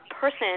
person